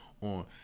on